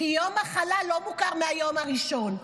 כי יום מחלה לא מוכר מהיום הראשון.